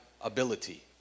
ability